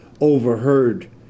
overheard